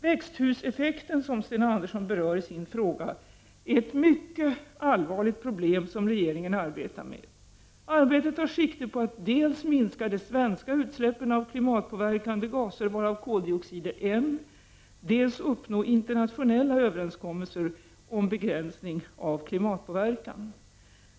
Växthuseffekten, som Sten Andersson berör i sin interpellation, är ett mycket allvarligt problem som regeringen arbetar med. Arbetet tar sikte på att dels minska de svenska utsläppen av klimatpåverkande gaser, varav koldioxid är en, dels uppnå internationella överenskommelser om begränsning av klimatpåverkan.